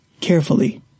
carefully